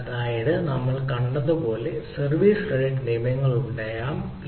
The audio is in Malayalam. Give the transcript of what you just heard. അതാണ് കാര്യം നമ്മൾ ശരിയായി കണ്ടതുപോലെ സർവീസ് സ്ക്രിപ്റ്റ് ക്രെഡിറ്റ് നിയമങ്ങളുണ്ടാകാം ഇതിൽ 99